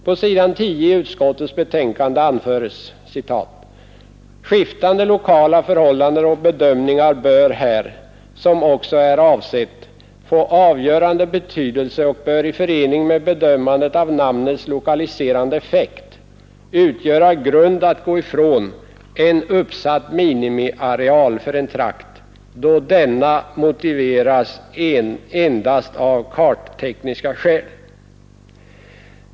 På s. 10 i utskottets betänkande anförs: ”Skiftande lokala förhållanden och bedömningar bör här, som också är avsett, få avgörande betydelse och bör i förening med bedömanden av namnets lokaliserande effekt utgöra grund att gå ifrån en uppsatt minimiareal för en ”trakt” då denna motiveras endast av karttekniska skäl.